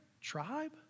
tribe